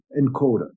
encoder